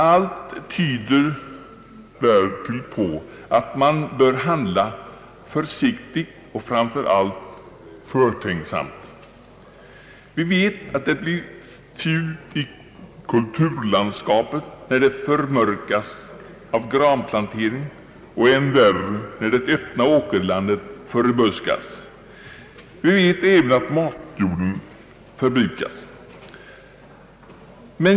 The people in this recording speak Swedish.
Allt tyder därtill på att man bör handla försiktigt och framför allt förtänksamt. Det blir fult i kulturlandskapet när det förmörkas av granplantering och än värre när det öppna åkerlandet förbuskas. Vi vet även att matjorden förbrukas.